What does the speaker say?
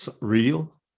real